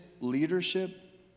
leadership